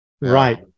Right